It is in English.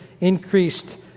increased